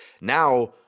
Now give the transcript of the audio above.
Now